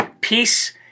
Peace